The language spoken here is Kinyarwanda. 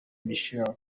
michael